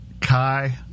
Kai